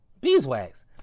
Beeswax